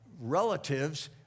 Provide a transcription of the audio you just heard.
relatives